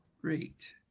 Great